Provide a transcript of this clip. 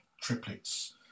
triplets